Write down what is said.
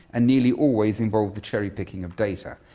nearly always involve the cherry-picking of data.